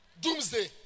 doomsday